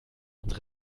unsere